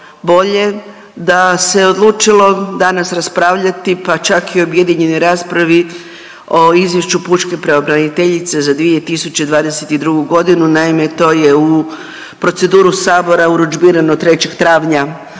da se odlučilo danas raspravljati, pa čak i o objedinjenoj raspravi o izvješću pučke pravobraniteljice za 2022.g., naime to je u proceduru sabora urudžbirano 3. travnja